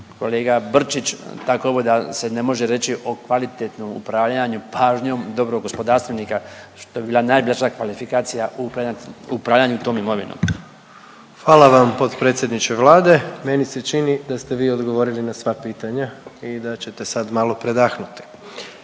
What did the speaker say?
kolega Brčić tako ovo da se ne može reći o kvalitetnom upravljanju pažnjom dobrog gospodarstvenika što bi bila najblaža kvalifikacija u upravljanju tom imovinom. **Jandroković, Gordan (HDZ)** Hvala vam potpredsjedniče Vlade. Meni se čini da ste vi odgovorili na sva pitanja i da ćete sad malo predahnuti.